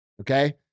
Okay